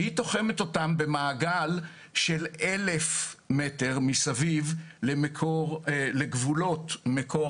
התקנה תוחמת אותם במעגל של 1,000 מטר מסביב לגבולות מקור